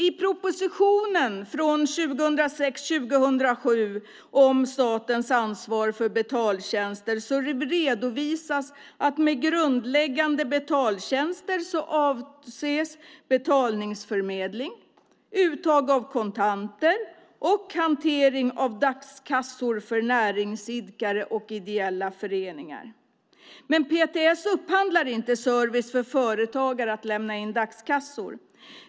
I propositionen från 2006/07 om statens ansvar för betaltjänster redovisas att med grundläggande betaltjänster avses betalningsförmedling, uttag av kontanter och hantering av dagskassor för näringsidkare och ideella föreningar. Men PTS upphandlar inte service för företagare att lämna in dagskassor.